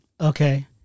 Okay